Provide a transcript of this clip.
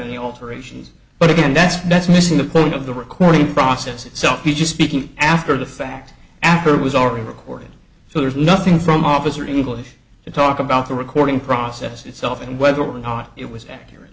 any alterations but again that's that's missing the point of the recording process itself he just speaking after the fact after it was already recorded so there's nothing from officer english to talk about the recording process itself and whether or not it was accurate